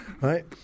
right